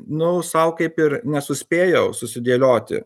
nu sau kaip ir nesuspėjau susidėlioti